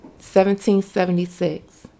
1776